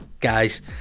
guys